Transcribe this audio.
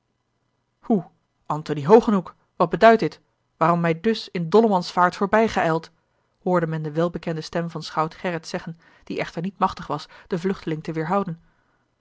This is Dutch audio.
antony hogenhoeck wat beduidt dit waarom mij dus in dollemansvaart voorbij geijld hoorde men de welbekende stem van schout gerrit zeggen die echter niet machtig was den vluchteling te weêrhouden